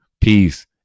peace